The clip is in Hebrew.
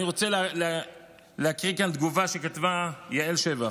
אני רוצה להקריא כאן תגובה שכתבה יעל שבח.